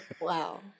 Wow